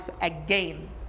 again